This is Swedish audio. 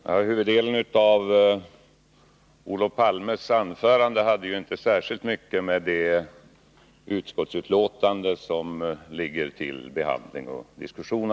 Herr talman! Huvuddelen av Olof Palmes anförande hade inte särskilt mycket med det utskottsbetänkande att göra som föreligger till behandling och diskussion.